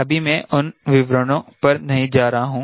अभी मैं उन विवरणों पर नहीं जा रहा हूं